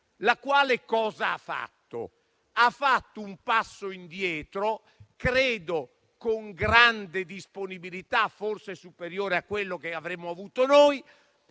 la quale ha fatto un passo indietro, con grande disponibilità, forse superiore a quella che avremmo avuto noi.